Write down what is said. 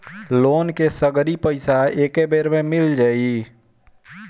Loan के सगरी पइसा एके बेर में मिल जाई?